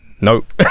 Nope